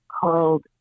called